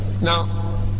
Now